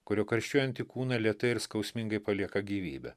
kurio karščiuojantį kūną lėtai ir skausmingai palieka gyvybė